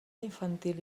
infantil